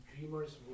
dreamer's